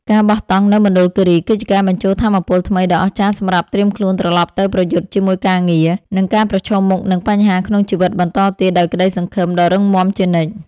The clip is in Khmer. ការបោះតង់នៅមណ្ឌលគីរីគឺជាការបញ្ចូលថាមពលថ្មីដ៏អស្ចារ្យសម្រាប់ត្រៀមខ្លួនត្រឡប់ទៅប្រយុទ្ធជាមួយការងារ និង ការប្រឈមមុខនឹងបញ្ហាក្នុងជីវិតបន្តទៀតដោយក្ដីសង្ឃឹមដ៏រឹងមាំជានិច្ច។